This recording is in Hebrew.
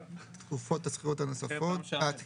לרבות תקופת השכירות הנוספת